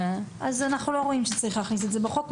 אז אנחנו לא רואים שצריך להכניס את זה בחוק,